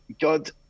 god